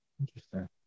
Interesting